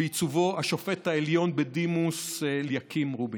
השופט העליון בדימוס אליקים רובינשטיין.